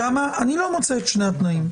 שם אני לא מוצא את שני התנאים.